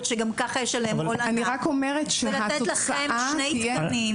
שגם ככה יש עליהן הון עתק ולתת לכם שני תקנים.